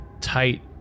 tight